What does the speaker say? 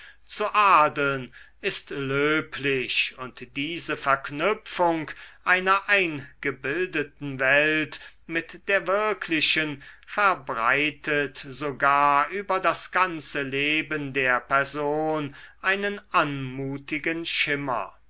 zu adeln ist löblich und diese verknüpfung einer eingebildeten welt mit der wirklichen verbreitet sogar über das ganze leben der person einen anmutigen schimmer